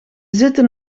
zitten